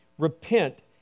Repent